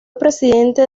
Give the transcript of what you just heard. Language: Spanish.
presidente